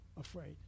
afraid